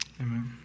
Amen